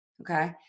Okay